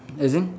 as in